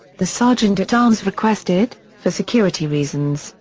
the sergeant at arms requested, for security reasons,